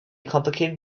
complicated